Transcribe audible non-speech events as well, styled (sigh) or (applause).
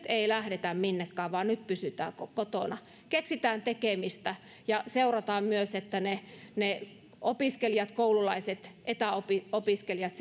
(unintelligible) ei lähdetä minnekään vaan nyt pysytään kotona keksitään tekemistä ja seurataan myös että ne ne opiskelijat koululaiset etäopiskelijat (unintelligible)